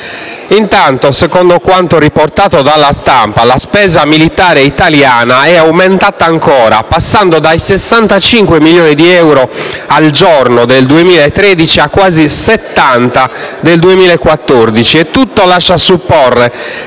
Intanto, secondo quanto riportato dalla stampa, la spesa militare italiana è aumentata ancora, passando dai 65 milioni di euro al giorno del 2013 a quasi 70 nel 2014, e tutto lascia supporre